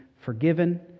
forgiven